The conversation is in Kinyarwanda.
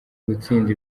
gutsinda